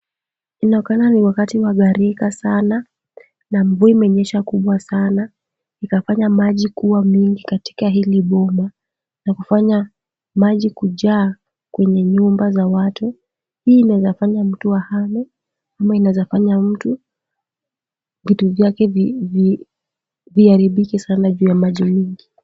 Inaonekana ni wakati wa barika sana, na mvua imenyesha kubwa sana, ikufanya maji iwe mingi katika hili boma, na kufanya maji kujaa kwenye nyumba za watu. Hii inaweza fanya mtu ahame, ama inaweza fanya mtu vitu vyake viharibike sana ju ya maji mingi.